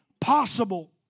possible